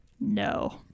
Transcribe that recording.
no